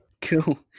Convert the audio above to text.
cool